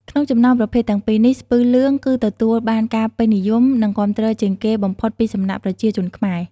ក្នុងចំណោមប្រភេទទាំងពីរនេះ ស្ពឺលឿង គឺទទួលបានការពេញនិយម និងគាំទ្រជាងគេបំផុតពីសំណាក់ប្រជាជនខ្មែរ។